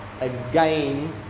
again